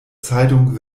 zeitung